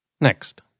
Next